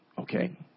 Okay